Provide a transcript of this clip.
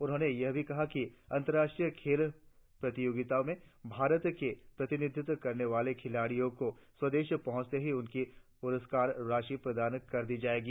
उन्होंने यह भी कहा कि अंतर्राष्ट्रीय खेल प्रतियोगिताओ में भारत के प्रतिनिधित्व करने वाले खिलाड़ियों को स्वदेश पहुंचते ही उनकी पुरस्कार राशि प्रदान कर दी जाएगी